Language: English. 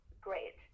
great